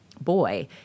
boy